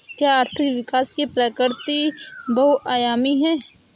क्या आर्थिक विकास की प्रवृति बहुआयामी है?